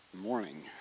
Morning